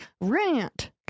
rant